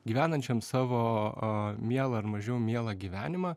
gyvenančiam savo mielą ar mažiau mielą gyvenimą